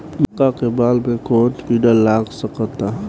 मका के बाल में कवन किड़ा लाग सकता?